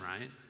right